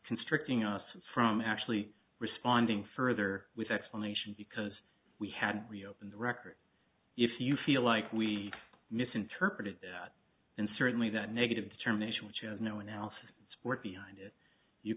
constricting us from actually responding further with explanation because we had to reopen the record if you feel like we misinterpreted that and certainly that negative determination which as no one else were behind it you